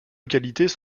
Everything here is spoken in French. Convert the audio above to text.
localités